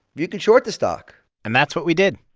you can short the stock and that's what we did